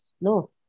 No